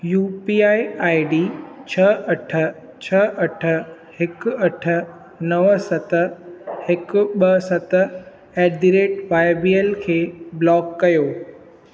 U P I I D छ अठ छ अठ हिकु अठ नव सत हिकु ॿ सत at the rate Y B L खे ब्लॉकु कयो